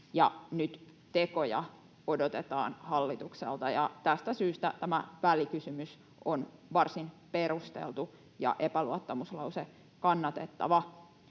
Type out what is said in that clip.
nyt tekoja odotetaan hallitukselta. Tästä syystä tämä välikysymys on varsin perusteltu ja epäluottamuslause kannatettava.